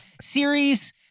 series